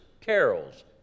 carols